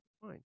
Fine